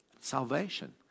salvation